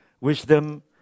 wisdom